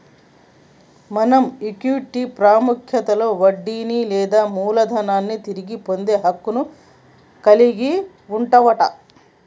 మనం ఈక్విటీ పాముఖ్యతలో వడ్డీని లేదా మూలదనాన్ని తిరిగి పొందే హక్కును కలిగి వుంటవట